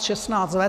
Šestnáct let?